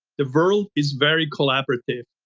the virl is very collaborative.